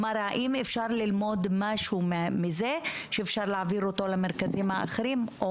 האם אפשר ללמוד משהו מזה שאפשר להעביר למרכזים האחרים.